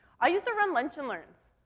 i used to run lunch and learns.